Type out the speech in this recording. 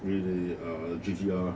really uh G_T_R